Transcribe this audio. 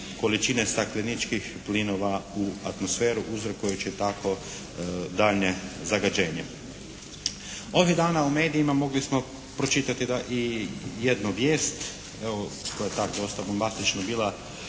količine stakleničkih plinova u atmosferu uzrokujući tako daljnje zagađenje. Ovih dana u medijima mogli smo pročitati da i jednu vijest, evo koja je tak dosta bombastično bila